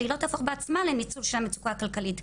שהיא לא תהפוך בעצמה לניצול של המצוקה הכלכלית.